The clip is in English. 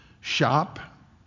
shop